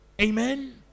Amen